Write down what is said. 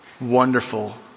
wonderful